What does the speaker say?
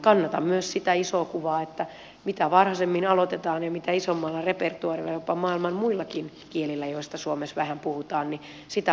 kannatan myös sitä isoa kuvaa että mitä varhaisemmin aloitetaan ja mitä isommalla repertuaarilla jopa maailman muillakin kielillä joita suomessa vähän puhutaan niin sitä parempi